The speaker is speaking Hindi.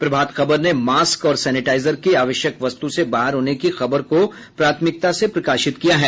प्रभात खबर ने मास्क और सैनेटाइजर के आवश्यक वस्तु से बाहर होने की खबर को प्राथमिकता से प्रकाशित किया है